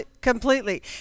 Completely